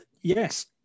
yes